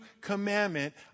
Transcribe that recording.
commandment